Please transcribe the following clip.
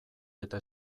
eta